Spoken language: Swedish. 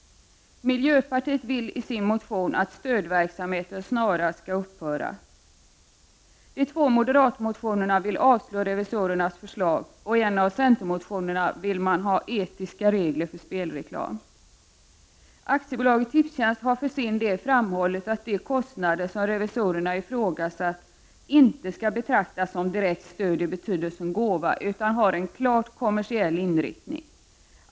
Miljöpartiet vill i sin motion att stödverksamheten snarast skall upphöra. I de två moderatmotionerna vill man avslå revisorernas förslag, och i en av centermotionerna vill man ha etiska regler för spelreklam. AB Tipstjänst har för sin del framhållit att de kostnader som revisorerna ifrågasatt inte skall betraktas som direkt stöd i betydelsen gåva, utan har en klart kommersiell inriktning.